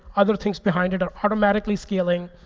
other things behind it are automatically scaling,